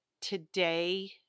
today